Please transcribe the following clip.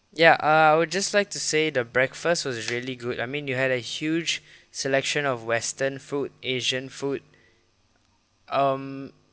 ya I would just like to say the breakfast was really good I mean you had a huge selection of western food asian food um